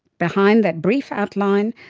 behind that brief outline,